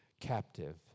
captive